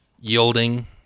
yielding